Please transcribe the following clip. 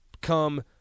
come